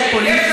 לך?